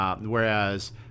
whereas